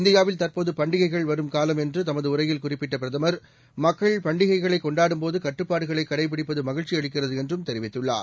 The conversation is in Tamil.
இந்தியாவில்தற்போதுபண்டிகைகள்வரும்காலம்என்றுத மதுஉரையில்குறிப்பிட்டபிரதமர் மக்கள்பண்டிகைகளைகொண்டாடும்போதுகட்டுப்பாடு களைகடைபிடிப்பதுமகிழ்ச்சிஅளிக்கிறதுஎன்றும்தெரிவி த்துள்ளார்